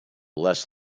less